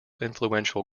influential